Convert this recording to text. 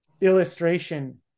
illustration